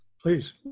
Please